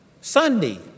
Sunday